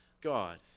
God